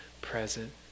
present